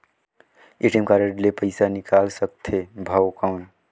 ATM card ले पइसा निकाल सकथे थव कौन?